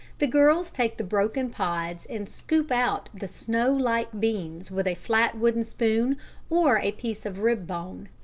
the girls take the broken pods and scoop out the snow-like beans with a flat wooden spoon or a piece of rib-bone,